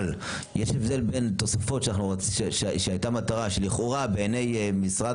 אבל יש הבדל בין תוספות שהייתה מטרה שלכאורה בעיני משרד